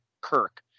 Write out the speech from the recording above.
Kirk